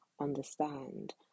understand